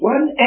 One